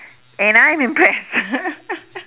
and I am impressed